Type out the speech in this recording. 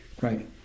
right